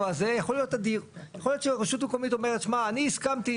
יכול להיות שהרשות המקומית אומרת אני הסכמתי,